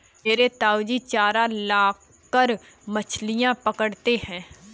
मेरे ताऊजी चारा लगाकर मछलियां पकड़ते हैं